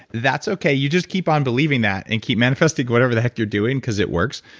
that's okay. you just keep on believing that and keep manifesting or whatever the heck you're doing, because it works.